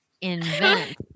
Invent